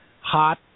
hot